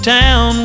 town